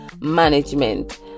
management